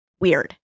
weird